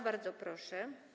Bardzo proszę.